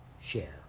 share